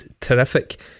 terrific